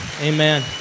Amen